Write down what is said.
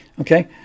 Okay